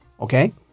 Okay